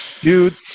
Dude